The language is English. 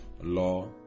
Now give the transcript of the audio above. law